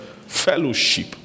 fellowship